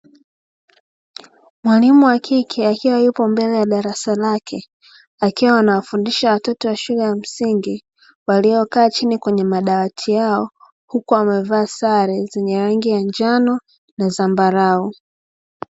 Mwalimu wa kike akiwa yupo mbele ya darasa lake, akiwa anawafundisha watoto wa shule ya msingi. Waliokaa chini kwenye madawati yao, huku wamevaa sare zenye rangi ya njano na zambarau.